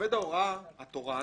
עובד ההוראה התורן